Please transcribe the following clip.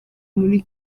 muri